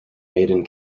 maiden